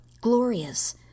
glorious